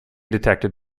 detected